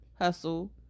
hustle